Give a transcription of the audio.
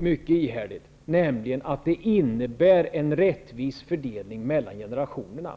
mycket ihärdigt -- är att räntelånen innebär en rättvis fördelning mellan generationerna.